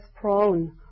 prone